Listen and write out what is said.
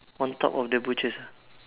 on top of the butchers ah